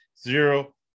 zero